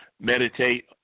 meditate